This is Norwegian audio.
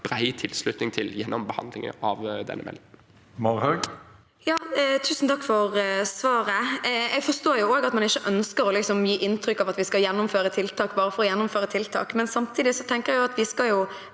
bred tilslutning til gjennom behandlingen av denne meldingen. Sofie Marhaug (R) Tusen takk for svaret. Jeg forstår også at man ikke ønsker å liksom gi inntrykk av at vi skal gjennomføre tiltak bare for å gjennomføre tiltak. Samtidig tenker jeg vi skal